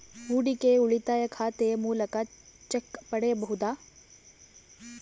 ಹೂಡಿಕೆಯ ಉಳಿತಾಯ ಖಾತೆಯ ಮೂಲಕ ಚೆಕ್ ಪಡೆಯಬಹುದಾ?